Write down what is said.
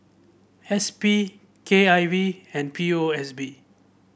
S P K I V and P O S B